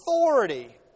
authority